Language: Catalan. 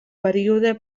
període